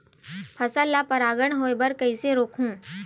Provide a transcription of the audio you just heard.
फसल ल परागण होय बर कइसे रोकहु?